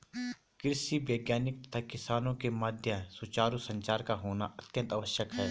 कृषि वैज्ञानिक तथा किसानों के मध्य सुचारू संचार का होना अत्यंत आवश्यक है